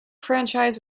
franchise